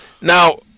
now